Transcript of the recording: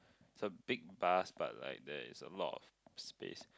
it's a big bus but like there is a lot of space